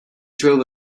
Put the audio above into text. drove